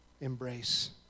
embrace